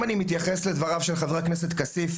אם אני מתייחס לדבריו של חבר הכנסת כסיף,